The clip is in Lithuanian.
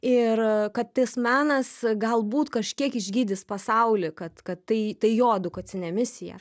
ir kad tas menas galbūt kažkiek išgydys pasaulį kad kad tai tai jo edukacinė misija